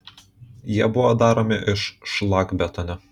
jie buvo daromi iš šlakbetonio